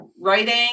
writing